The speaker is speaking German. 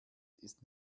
ist